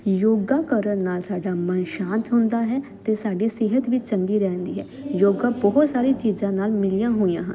ਯੋਗਾ ਕਰਨ ਨਾਲ ਸਾਡਾ ਮਨ ਸ਼ਾਂਤ ਹੁੰਦਾ ਹੈ ਅਤੇ ਸਾਡੀ ਸਿਹਤ ਵੀ ਚੰਗੀ ਰਹਿੰਦੀ ਹੈ ਯੋਗਾ ਬਹੁਤ ਸਾਰੀ ਚੀਜ਼ਾਂ ਨਾਲ ਮਿਲੀਆਂ ਹੋਈਆਂ ਹਨ